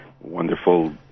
wonderful